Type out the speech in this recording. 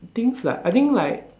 things like I think like